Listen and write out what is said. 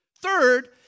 Third